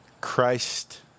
Christ